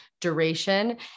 duration